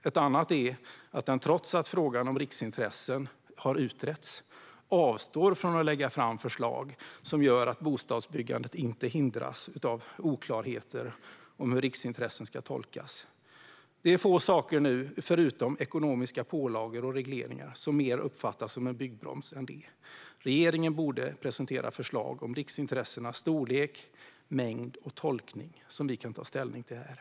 Ett annat exempel är att trots att frågan om riksintressen har utretts avstår regeringen från att lägga fram förslag som gör att bostadsbyggande inte hindras av oklarheter om hur riksintressen ska tolkas. Det är få saker nu, förutom ekonomiska pålagor och regleringar, som mer uppfattas som en byggbroms än det exemplet. Regeringen borde presentera förslag om riksintressenas storlek, mängd och tolkning som vi kan ta ställning till här.